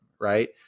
right